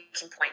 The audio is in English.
point